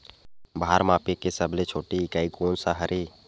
भार मापे के सबले छोटे इकाई कोन सा हरे?